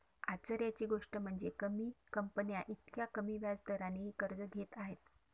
आश्चर्याची गोष्ट म्हणजे, कमी कंपन्या इतक्या कमी व्याज दरानेही कर्ज घेत आहेत